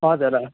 हजुर अँ